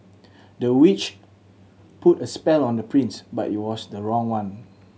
the witch put a spell on the prince but it was the wrong one